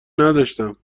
نداشتم